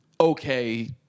okay